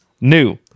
New